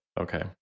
okay